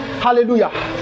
Hallelujah